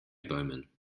bäumen